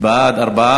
אדוני